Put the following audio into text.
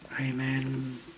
Amen